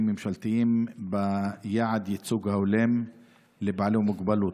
ממשלתיים ביעד הייצוג ההולם לבעלי מוגבלות.